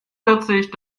vierzig